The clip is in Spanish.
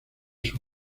sus